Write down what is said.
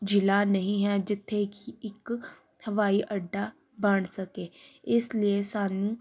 ਜ਼ਿਲ੍ਹਾ ਨਹੀਂ ਹੈ ਜਿੱਥੇ ਕਿ ਇੱਕ ਹਵਾਈ ਅੱਡਾ ਬਣ ਸਕੇ ਇਸ ਲਈ ਸਾਨੂੰ